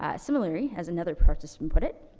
ah similarly, as another participant put it,